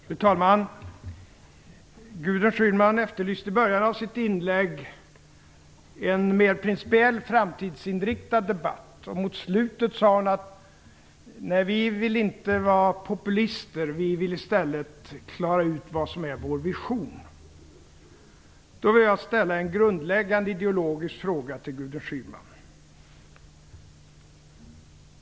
Fru talman! Gudrun Schyman efterlyste i början av sitt inlägg en mer principiell, framtidsinriktad debatt, och mot slutet sade hon att de inte ville vara populister utan klara ut vilken deras vision är. Jag vill då ställa en grundläggande ideologisk fråga till Gudrun Schyman.